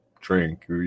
drink